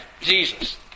Jesus